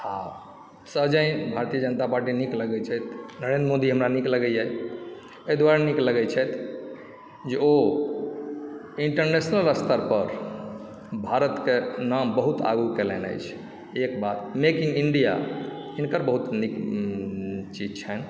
आ सहजनि भारतीय जनता पार्टी निक लगैत छै नरेन्द्र मोदी हमरा निक लगैए एहि दुआरे निक लगै छथि जे ओ इण्टरनेशनल स्तर पर भारतके नाम बहुत आगू केलनि अछि एक बात मेक इन इण्डिया हिनकर बहुत नीक चीज छनि